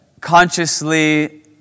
consciously